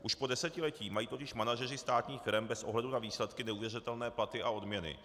Už po desetiletí mají totiž manažeři státních firem bez ohledu na výsledky neuvěřitelné platy a odměny.